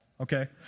okay